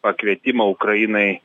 pakvietimą ukrainai